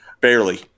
barely